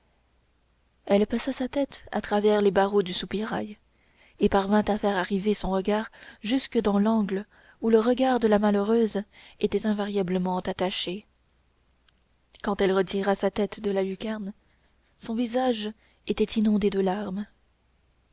elle passa sa tête à travers les barreaux du soupirail et parvint à faire arriver son regard jusque dans l'angle où le regard de la malheureuse était invariablement attaché quand elle retira sa tête de la lucarne son visage était inondé de larmes